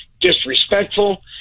disrespectful